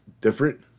different